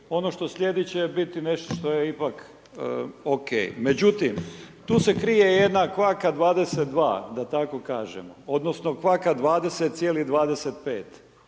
ono što slijedi će bit nešto što je ipak ok. Međutim, tu se krije jedna kvaka 22, da tako kažemo, odnosno kvaka 20,25.